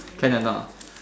can or not